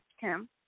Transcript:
Kim